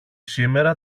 σήμερα